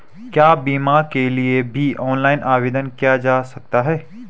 क्या बीमा के लिए भी ऑनलाइन आवेदन किया जा सकता है?